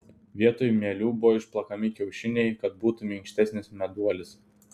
vietoj mielių buvo išplakami kiaušiniai kad būtų minkštesnis meduolis